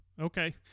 Okay